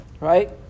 right